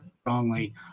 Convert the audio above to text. strongly